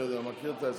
אני מכיר.